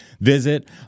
visit